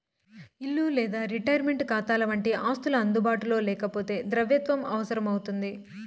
ఇల్లు లేదా రిటైర్మంటు కాతాలవంటి ఆస్తులు అందుబాటులో లేకపోతే ద్రవ్యత్వం అవసరం అవుతుంది